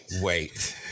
wait